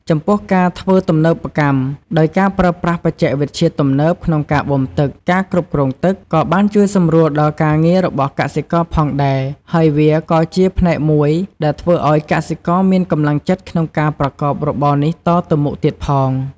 ចំពោះ ការធ្វើទំនើបកម្ម ដោយការប្រើប្រាស់បច្ចេកវិទ្យាទំនើបក្នុងការបូមទឹក ការគ្រប់គ្រងទឹក ក៏បានជួយសម្រួលដល់ការងាររបស់កសិករផងដែរ ហើយវាក៏ជាផ្នែកមួយដែលធ្វើឲ្យកសិករមានកម្លាំងចិត្តក្នុងការប្រកបរបរនេះតទៅមុខទៀតផង។